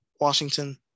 Washington